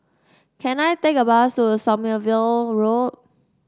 can I take a bus to Sommerville Road